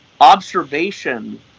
observation